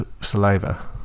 saliva